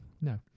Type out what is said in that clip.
No